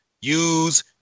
use